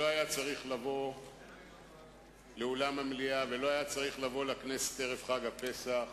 שלא היה צריך לבוא לאולם המליאה ולא היה צריך לבוא לכנסת ערב חג הפסח